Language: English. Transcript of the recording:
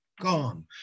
Gone